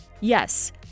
Yes